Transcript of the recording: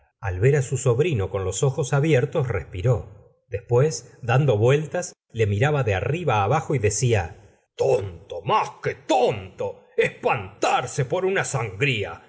al ver á su sobrino con los ojos abiertos respiró después dando vueltas le miraba de arriba abajo y decía tonto más que tonto espantarse por una sangría